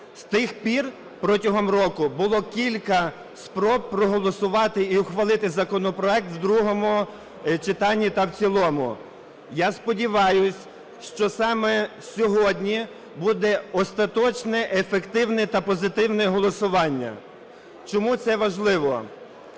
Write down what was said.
З тих пір протягом року було кілька спроб проголосувати і ухвалити законопроект в другому читанні та в цілому. Я сподіваюсь, що саме сьогодні буде остаточне ефективне та позитивне голосування. Чому це важливо?